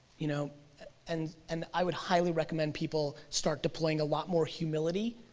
you know and and i would highly recommend people start deploying a lot more humility